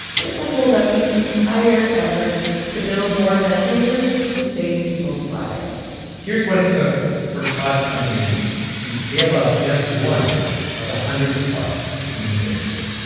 it will hold up the entire effort to build more ventilators to save people's lives here's what it took for todd's company to scale up just one of the hundreds of parts, the teeny pistons.